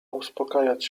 uspokajać